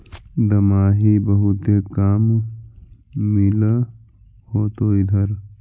दमाहि बहुते काम मिल होतो इधर?